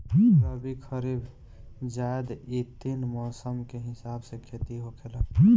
रबी, खरीफ, जायद इ तीन मौसम के हिसाब से खेती होखेला